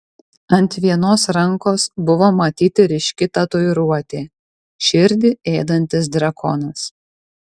ant vienos rankos buvo matyti ryški tatuiruotė širdį ėdantis drakonas